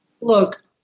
look